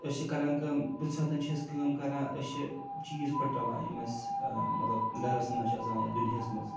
أسۍ چھِ کَران کٲم کُنہِ ساتہٕ چھِ أسۍ کٲم کَرانان أسۍ چھِ چیٖز پھٕٹرَلان یِم اَسہِ مطلب گَرَس منٛز چھِ آسان یا دُنیاہَس منٛز